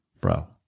Bro